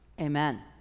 amen